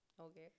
okay